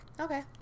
okay